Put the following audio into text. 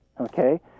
okay